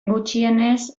gutxienez